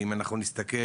אם תרצה